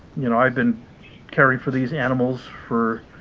you know i've been caring for these animals for